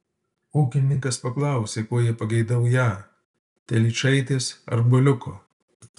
ūkininkas paklausė ko jie pageidaują telyčaitės ar buliuko